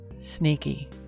sneaky